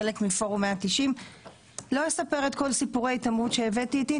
חלק מפורום 190. אני לא אספר את כל סיפורי ההתעמרות שהבאתי איתי,